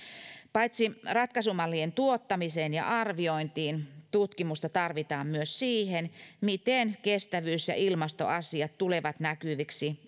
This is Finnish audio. paitsi ratkaisumallien tuottamiseen ja arviointiin tutkimusta tarvitaan myös siihen miten kestävyys ja ilmastoasiat tulevat näkyviksi